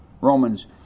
Romans